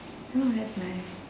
oh that's nice